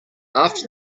after